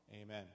Amen